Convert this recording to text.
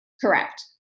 Correct